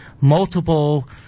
multiple